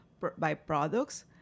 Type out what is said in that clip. byproducts